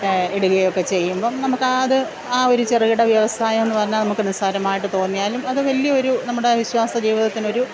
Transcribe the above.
ഇടുകയോക്കെ ചെയ്യുമ്പോള് നമുക്കാത് ആ ഒരു ചെറുകിട വ്യവസാമെന്നു പറഞ്ഞാല് നമുക്ക് നിസ്സാരമായിട്ടു തോന്നിയാലും അത് വലിയൊരു നമ്മുടെ വിശ്വാസജീവിതത്തിനൊരു